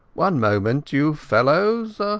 one moment, you fellows,